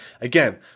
Again